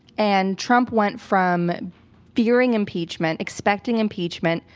and trump went from fearing impeachment, expecting impeachment,